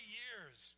years